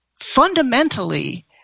fundamentally